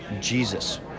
Jesus